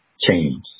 change